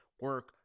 Work